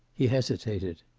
he hesitated.